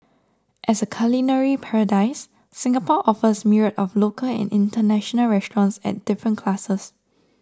as a culinary paradise Singapore offers myriad of local and international restaurants at different classes